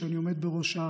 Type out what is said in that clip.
שאני עומד בראשה,